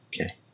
okay